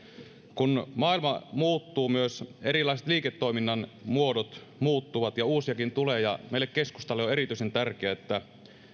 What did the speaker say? kun maailma muuttuu myös erilaiset liiketoiminnan muodot muuttuvat ja uusiakin tulee meille keskustalle on erityisen tärkeää että